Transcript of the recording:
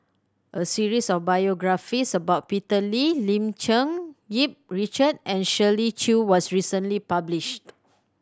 a series of biographies about Peter Lee Lim Cherng Yih Richard and Shirley Chew was recently published